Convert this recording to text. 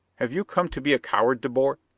have you come to be a coward, de boer?